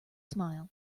smile